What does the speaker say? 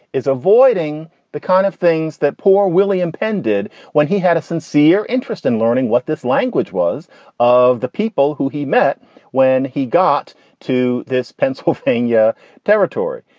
is avoiding the kind of things that poor willy impended when he had a sincere interest in learning what this language was of the people who he met when he got to this pennsylvania territory.